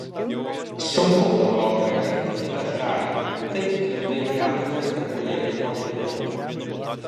sunku europoje rasti kitą šalį taip tvirtai žengusią sekuliarizmo keliu